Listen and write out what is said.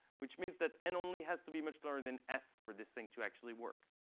which means that n only has to be much larger than s for this thing to actually work.